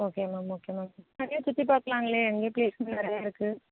okay ma'am okay ma'am நெறைய சுத்திப்பாக்கலாங்களே அங்கே பிளேஸூ நிறையா இருக்குது